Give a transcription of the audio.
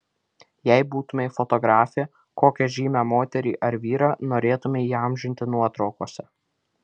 jei būtumei fotografė kokią žymią moterį ar vyrą norėtumei įamžinti nuotraukose